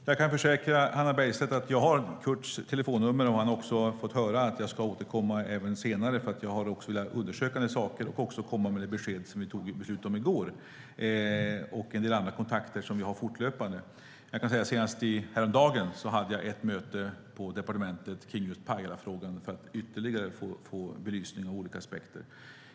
Fru talman! Jag kan försäkra Hannah Bergstedt att jag har Kurts telefonnummer. Han har fått höra att jag ska återkomma senare. Jag har en del att undersöka och ska komma med besked om det som vi beslutade om i går. Senast häromdagen hade jag ett möte på departementet om Pajalafrågan för att få den ytterligare belyst ur olika aspekter.